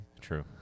True